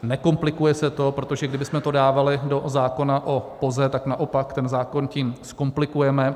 Nekomplikuje se to, protože kdybychom to dávali do zákona o POZE, tak naopak ten zákon tím zkomplikujeme.